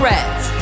Reds